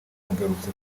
yagarutse